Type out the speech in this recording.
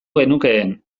genukeen